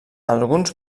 alguns